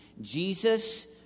Jesus